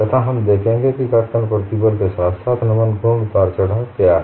तथा हम देखेंगे कि कर्तन बल के साथ साथ नमन घूर्ण उतार चढाव क्या है